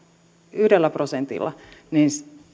yhdellä prosentilla niin